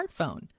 smartphone